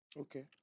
Okay